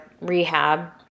rehab